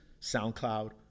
SoundCloud